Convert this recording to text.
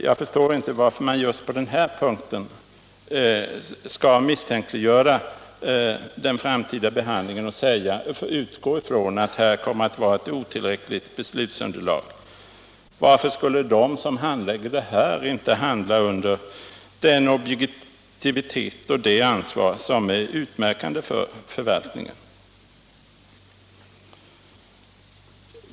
Jag förstår inte varför man just på den här punkten skall misstänkliggöra den framtida behandlingen och utgå från att det kommer att vara ett otillräckligt beslutsunderlag. Varför skulle de som handlägger det här ärendet inte handla med den objektivitet och det ansvar som är utmärkande för förvaltningen?